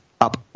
up